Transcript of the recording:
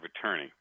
attorney